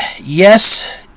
yes